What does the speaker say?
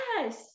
Yes